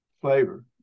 flavor